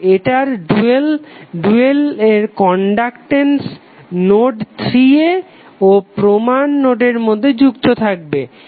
তো এটার ডুয়াল এর কনডাকটেন্স নোড 3 ও প্রমান নোডের মধ্যে যুক্ত থাকবে